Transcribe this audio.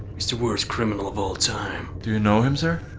he's the worst criminal of all time. do you know him, sir?